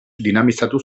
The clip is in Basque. dinamizatu